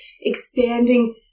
expanding